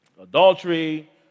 Adultery